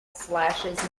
slashes